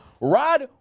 Rod